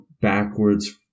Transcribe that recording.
backwards